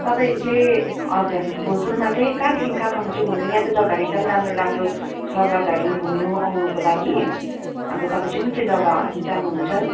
तपाईँ चाहिँ हजुर भोलपुरमा चाहिँ कहाँदेखि कहाँसम्म घुम्नु चाहिँ यहाँ त जग्गाहरू एकदम राम्रो राम्रो छ जगाहरू घुम्नु आउनुको लागि अन्त तपाईँ चाहिँ कुन चाहिँ जग्गा जानुहुन्छ